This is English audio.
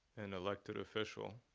an elected official,